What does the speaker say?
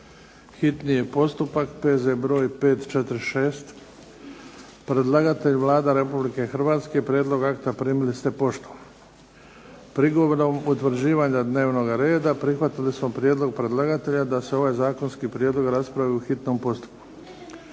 čitanje, P.Z. br. 546 Predlagatelj je Vlada Republike Hrvatske. Prijedlog akta primili ste poštom. Prigodom utvrđivanja dnevnog reda prihvatili smo prijedlog predlagatelja da se ovaj zakonski prijedlog raspravi u hitnom postupku.